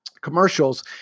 commercials